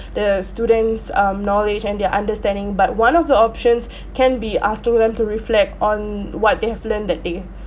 the students' um knowledge and their understanding but one of the options can be asking them to reflect on what they have learnt that day